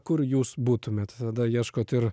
kur jūs būtumėt tada ieškot ir